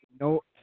no